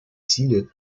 силе